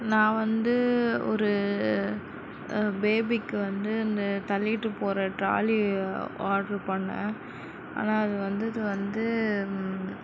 நான் வந்து ஒரு பேபிக்கு வந்து இந்த தள்ளிகிட்டு போகிற ட்ராலி ஆர்ட்ரு பண்ணே ஆனால் அது வந்தது வந்து